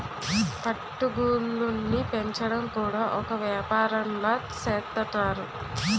పట్టు గూళ్ళుని పెంచడం కూడా ఒక ఏపారంలా సేత్తన్నారు